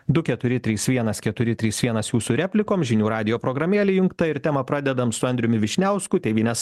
du keturi trys vienas keturi trys vienas jūsų replikom žinių radijo programėlė įjungta ir temą pradedam su andriumi vyšniausku tėvynės